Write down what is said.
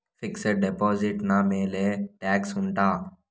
fixed deposit ನ ಮೇಲೆ tax ಉಂಟಾ